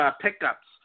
pickups